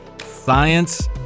Science